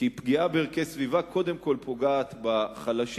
כי פגיעה בערכי סביבה קודם כול פוגעת בחלשים.